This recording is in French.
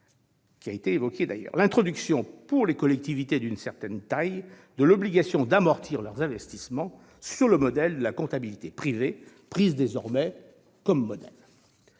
Je prendrai un exemple : l'introduction, pour les collectivités d'une certaine taille, de l'obligation d'amortir leurs investissements sur le modèle de la comptabilité privée, prise désormais comme modèle.